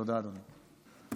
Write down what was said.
תודה, אדוני.